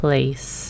Place